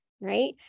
right